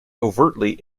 overtly